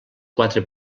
quatre